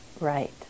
right